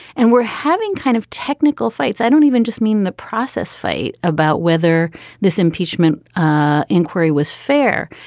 and we're having kind of technical fights i don't even just mean the process fight about whether this impeachment ah inquiry was fair,